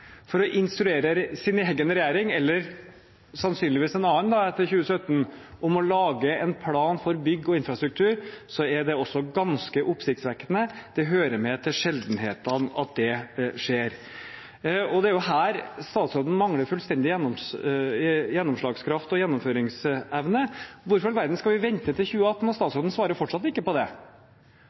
for å instruere sin egen regjering – eller sannsynligvis en annen etter 2017 – om å lage en plan for bygg og infrastruktur, er det også ganske oppsiktsvekkende. Det hører med til sjeldenhetene at det skjer. Det er jo her statsråden mangler fullstendig gjennomslagskraft og gjennomføringsevne. Hvorfor i all verden skal vi vente til 2018? Statsråden svarer fortsatt ikke på det.